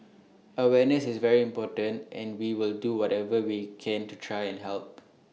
awareness is very important and we will do whatever we can to try and help